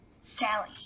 Sally